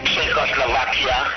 Czechoslovakia